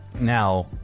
Now